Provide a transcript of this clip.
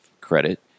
credit